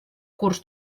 curs